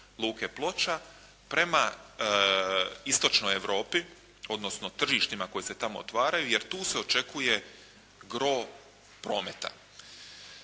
Luke Ploča prema istočnoj Europi, odnosno tržištima koji se tamo otvaraju, jer tu se očekuje gro prometa.